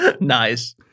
Nice